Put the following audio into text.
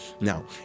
Now